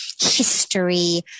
history